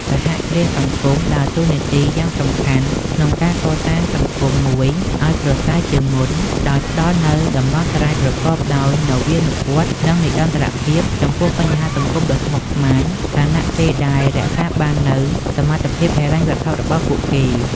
សហគ្រាសសង្គមដើរតួនាទីយ៉ាងសំខាន់ក្នុងការកសាងសង្គមមួយឲ្យប្រសើរជាងមុន ដោយផ្តល់នូវដំណោះស្រាយប្រកបដោយនវានុវត្តន៍ និងនិរន្តរភាពចំពោះបញ្ហាសង្គមដ៏ស្មុគស្មាញ ខណៈពេលដែលរក្សាបាននូវសមត្ថភាពហិរញ្ញវត្ថុរបស់ពួកគេ។